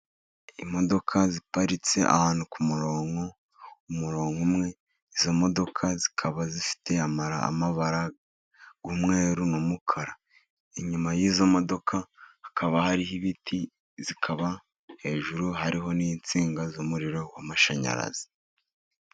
Imodoka ziparitse ahantu ku murongo , umurongo umwe. Izo modoka zikaba zifite amabara y'umweru n'umukara , inyuma y'izo modoka hakaba hariho ibiti , zikaba hejuru hariho n'insinga z'umuriro w'amashanyarazi.